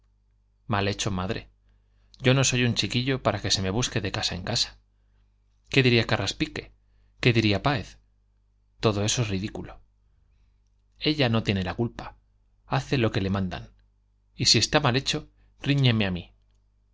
mal hecho madre yo no soy un chiquillo para que se me busque de casa en casa qué diría carraspique qué diría páez todo eso es ridículo ella no tiene la culpa hace lo que le mandan si está mal hecho ríñeme